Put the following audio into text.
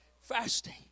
Fasting